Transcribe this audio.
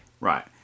Right